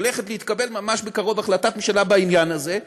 הולכת להתקבל ממש בקרוב החלטת ממשלה בעניין הזה.